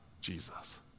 Jesus